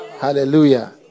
Hallelujah